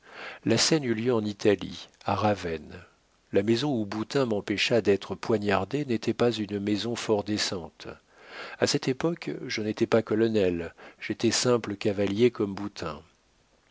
la scène eut lieu en italie à ravenne la maison où boutin m'empêcha d'être poignardé n'était pas une maison fort décente a cette époque je n'étais pas colonel j'étais simple cavalier comme boutin